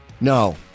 no